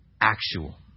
actual